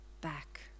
back